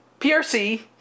PRC